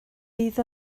bydd